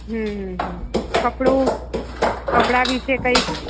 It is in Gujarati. હં હં હં કપડું કપડાં વિશે કંઈક